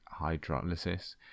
hydrolysis